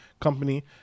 company